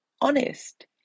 honest